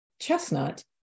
chestnut